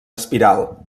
espiral